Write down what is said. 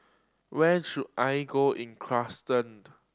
where should I go in Kyrgyzstan